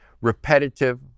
repetitive